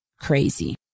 crazy